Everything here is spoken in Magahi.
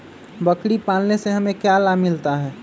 बकरी पालने से हमें क्या लाभ मिलता है?